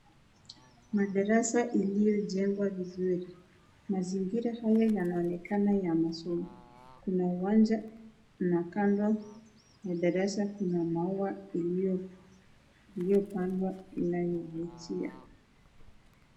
Mdarasa iliyojengwa vizuri. Mazingira haya yanaonekana ya masomo. Kuna uwanja na kando ya darasa kuna mauwa iliyo iliyopandwa inayovutia.